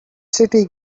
city